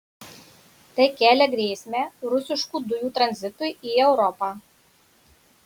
tai kelia grėsmę rusiškų dujų tranzitui į europą